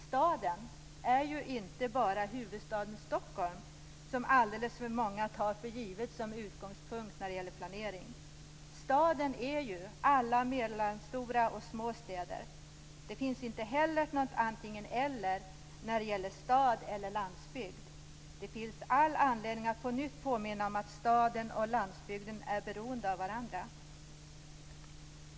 Staden är inte bara huvudstaden Stockholm, som alldeles för många tar för given som utgångspunkt för planeringen. Staden är även alla mellanstora och små städer. Det finns inte heller något antingen eller när det gäller stad eller landsbygd. Det finns all anledning att på nytt påminna om att staden och landsbygden är beroende av varandra.